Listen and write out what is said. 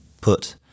put